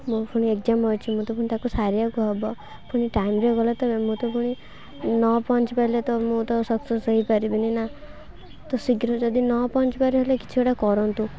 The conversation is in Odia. ମୁଁ ପୁଣି ଏକ୍ଜାମ ଅଛି ମୋତେ ପୁଣି ତାକୁ ସାରିବାକୁ ହବ ପୁଣି ଟାଇମ୍ରେ ଗଲେ ତ ମୁଁ ତ ପୁଣି ନ ପହଞ୍ଚି ପାରିଲେ ତ ମୁଁ ତ ସକ୍ସେସ ହେଇପାରିବିନି ନା ତ ଶୀଘ୍ର ଯଦି ନ ପହଞ୍ଚି ପାରିଲେ କିଛି ଗୋଟେ କରନ୍ତୁ